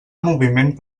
moviment